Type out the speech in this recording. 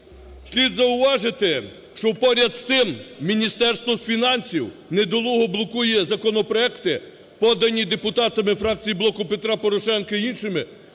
Слід зауважити, що поряд з тим Міністерство фінансів недолуго блокує законопроекти, подані депутатами фракції "Блоку Петра Порошенка" і іншими,